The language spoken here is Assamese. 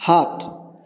সাত